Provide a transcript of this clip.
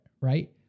Right